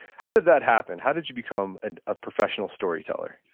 how did that happen? how did you become and a professional storyteller?